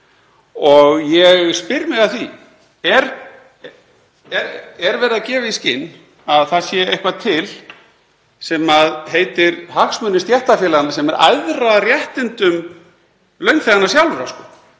Ég spyr mig að því hvort verið sé að gefa í skyn að það sé eitthvað til sem heitir hagsmunir stéttarfélaganna sem eru æðri réttindum launþeganna sjálfra, að